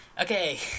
Okay